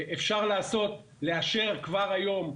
אפשר לאשר כבר היום,